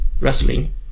wrestling